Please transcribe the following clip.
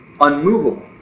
unmovable